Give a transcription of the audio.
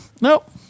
nope